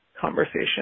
conversation